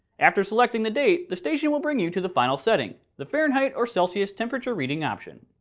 after selecting the date, the station will bring you to the final setting, the fahrenheit or celsius temperature reading option.